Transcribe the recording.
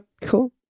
Cool